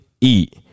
Eat